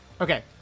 Okay